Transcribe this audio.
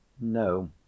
No